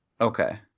okay